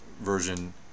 version